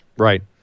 Right